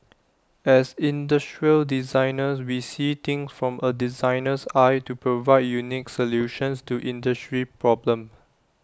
as industrial designers we see things from A designer's eye to provide unique solutions to industry problems